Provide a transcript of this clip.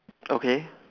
okay